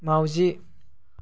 माउजि